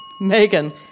Megan